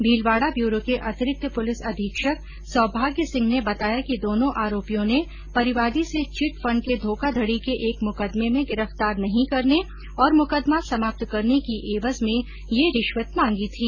Bhilwara bureau के अतिरिक्त police अधीक्षक सौभाग्य सिंह ने बताया कि दोनों आरोपियों ने परिवादी से चिट फण्ड के धोखाधडी के एक मुकदमें में गिरफ्तार नहीं करने और मुकदमा समाप्त करने की एवज में यह रिश्वत मांगी थी